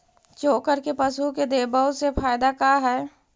चोकर के पशु के देबौ से फायदा का है?